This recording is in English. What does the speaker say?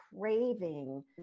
craving